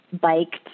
biked